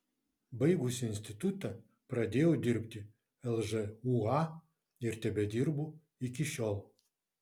baigusi institutą pradėjau dirbti lžūa ir tebedirbu iki šiol